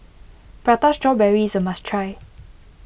Prata Strawberry is a must try